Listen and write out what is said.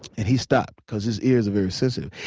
and he stopped because his ears are very sensitive.